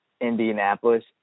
Indianapolis